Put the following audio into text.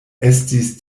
estis